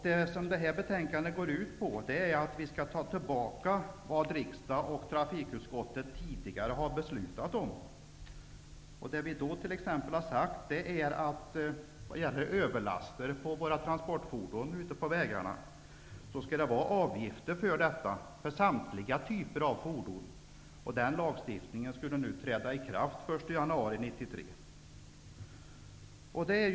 Det som det hela går ut på är att vi skall ta tillbaka vad riksdag och trafikutskottet tidigare har beslutat om. Det skulle införas avgifter för överlaster på våra transportfordon ute på vägarna för samtliga typer av fordon. Den lagstiftningen skulle träda i kraft den 1 januari 1993.